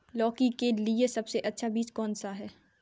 लौकी के लिए सबसे अच्छा बीज कौन सा है?